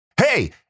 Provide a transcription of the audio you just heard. hey